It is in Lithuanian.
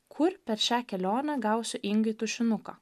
kur per šią kelionę gausiu ingai tušinuką